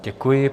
Děkuji.